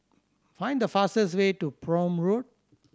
find the fastest way to Prome Road